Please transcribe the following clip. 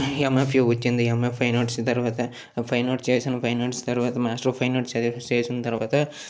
MFU వచ్చింది యుమ్ఎ fine arts తర్వాత ఫైన్ ఆర్ట్స్ చేశాను ఫైన్ ఆర్ట్స్ తర్వాత మాస్టర్ ఆఫ్ ఫైన్ ఆర్ట్స్ చదివిన చేసిన తర్వాత